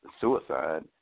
suicide